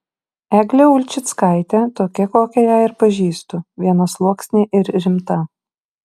eglė ulčickaitė tokia kokią ją ir pažįstu vienasluoksnė ir rimta